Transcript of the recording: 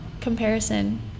comparison